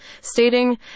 stating